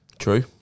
True